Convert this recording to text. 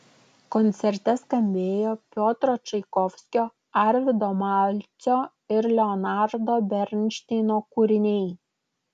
koncerte skambėjo piotro čaikovskio arvydo malcio ir leonardo bernšteino kūriniai